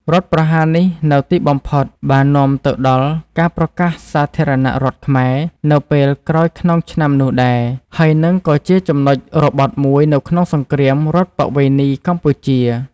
រដ្ឋប្រហារនេះនៅទីបំផុតបាននាំទៅដល់ការប្រកាសសាធារណរដ្ឋខ្មែរ នៅពេលក្រោយក្នុងឆ្នាំនោះដែរ ហើយនិងក៏ជាចំណុចរបត់មួយនៅក្នុងសង្គ្រាមរដ្ឋប្បវេណីកម្ពុជា។